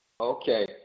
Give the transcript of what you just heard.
okay